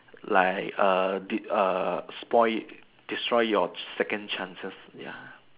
like err did uh spoil it destroy your second chances ya